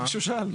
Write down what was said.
זה מה שהוא שאל.